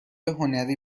هنری